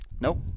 Nope